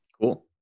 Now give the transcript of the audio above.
Cool